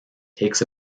takes